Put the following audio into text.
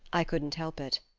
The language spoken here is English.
i couldn't help it.